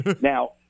Now